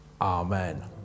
Amen